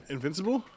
Invincible